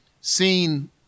seen